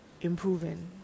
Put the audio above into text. improving